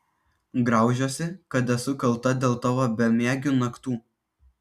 graužiuosi kad esu kalta dėl tavo bemiegių naktų